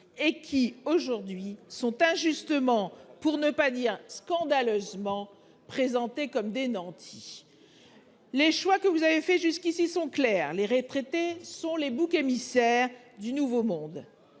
et qui sont aujourd'hui injustement, pour ne pas dire scandaleusement, présentés comme des nantis. Les choix que vous avez faits jusqu'ici sont clairs : les retraités sont les boucs émissaires du nouveau monde.